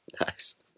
Nice